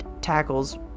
tackles